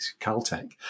caltech